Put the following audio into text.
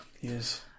Yes